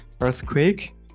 earthquake